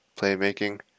playmaking